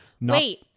Wait